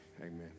Amen